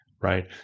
right